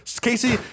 Casey